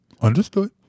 Understood